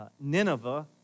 Nineveh